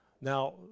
now